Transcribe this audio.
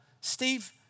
Steve